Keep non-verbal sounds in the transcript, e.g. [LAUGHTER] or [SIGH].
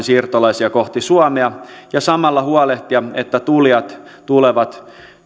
[UNINTELLIGIBLE] siirtolaisia kohti suomea ja samalla huolehtia että tulijat tulevat